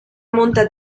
monta